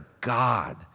God